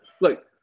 look